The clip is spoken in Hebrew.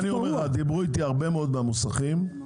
הרבה מהמוסכים דיברו איתי,